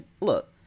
look